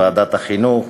בוועדת החינוך,